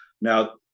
Now